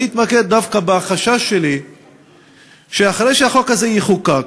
אני אתמקד דווקא בחשש שלי שאחרי שהחוק הזה יחוקק,